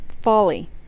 folly